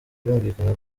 birumvikana